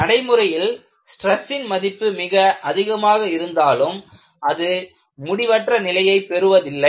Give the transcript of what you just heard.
நடைமுறையில் ஸ்ட்ரெஸ்சின் மதிப்பு மிக அதிகமாக இருந்தாலும் அது முடிவற்ற நிலையை பெறுவதில்லை